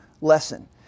lesson